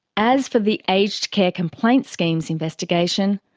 as for the aged care complaints scheme's investigation,